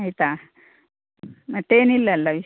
ಆಯಿತಾ ಮತ್ತೆ ಏನಿಲ್ಲ ಅಲ್ಲ ವಿಶೇಷ